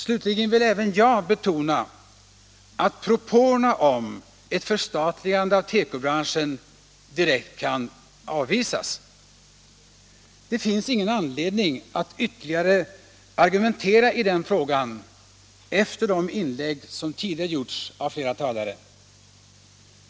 Slutligen vill även jag betona att propåerna om ett förstatligande av tekobranschen direkt kan avvisas. Det finns ingen anledning att ytterligare argumentera i den frågan efter de inlägg som tidigare gjorts av flera talare.